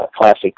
classic